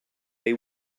they